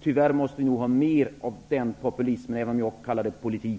Tyvärr måste vi nog ha mer av den populismen, även om jag kallar den politik.